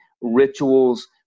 rituals